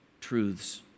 truths